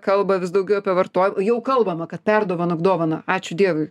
kalba vis daugiau apie varto jau kalbama kad perdovank dovaną ačiū dievui